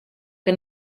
que